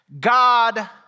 God